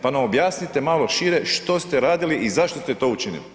Pa nam objasnite malo šire, što ste radili i zašto ste to učinili?